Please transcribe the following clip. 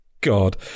god